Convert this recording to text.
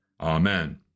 Amen